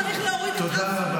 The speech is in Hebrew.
צריך להוריד את רף הדרישה,